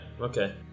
Okay